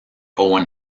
owen